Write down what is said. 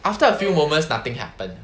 after a few moments nothing happen